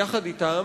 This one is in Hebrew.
יחד אתם,